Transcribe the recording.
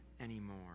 anymore